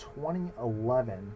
2011